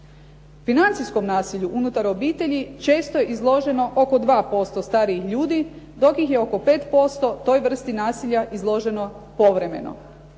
Financijskom nasilju unutar obitelji često je izloženo oko 2% starijih ljudi, dok ih je oko 5% toj vrsti nasilja izloženo povremeno.